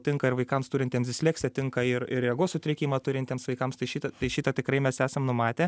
tinka ir vaikams turintiems disleksiją tinka ir ir regos sutrikimą turintiems vaikams tai šitą tai šitą tikrai mes esam numatę